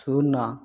ଶୂନ